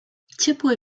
ciepły